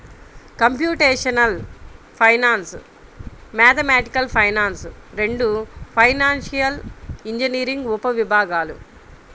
computational finance, mathematical finance రెండూ financial engineering ఉపవిభాగాలు